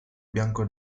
bianco